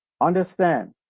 Understand